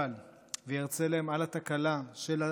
וירצה להם על התקלה של המערכת הצבאית